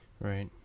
right